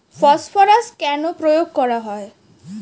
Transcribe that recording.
Phosphorus কেন প্রয়োগ করা হয়?